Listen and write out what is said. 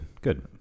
Good